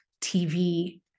TV